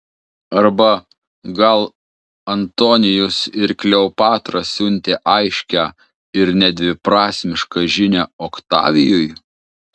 arba gal antonijus ir kleopatra siuntė aiškią ir nedviprasmišką žinią oktavijui